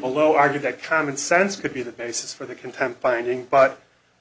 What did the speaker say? below argued that common sense could be the basis for the contempt finding but